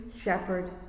shepherd